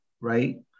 right